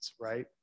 right